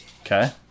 Okay